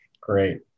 great